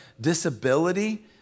disability